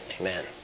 Amen